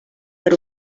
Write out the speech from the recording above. per